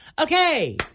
okay